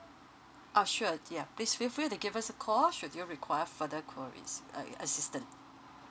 oh sure yeah please feel free to give us a call should you require further queries uh it assistant